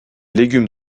légumes